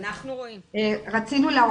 אנחנו מדברים על 13 מיליון חשיפות